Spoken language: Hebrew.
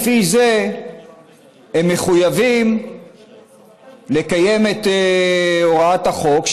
לפי זה הם מחויבים לקיים את הוראת החוק,